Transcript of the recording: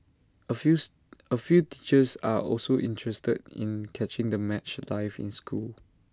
A fews A few teachers are also interested in catching the match live in school